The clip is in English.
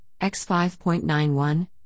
X5.91